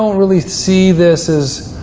um really see this is,